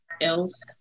else